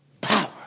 power